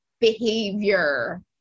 behavior